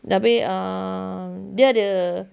tapi um dia ada